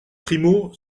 primo